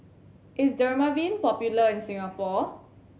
is Dermaveen popular in Singapore